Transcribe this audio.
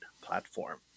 platform